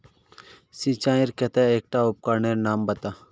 सिंचाईर केते एकटा उपकरनेर नाम बता?